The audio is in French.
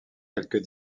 quelques